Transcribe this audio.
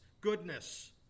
goodness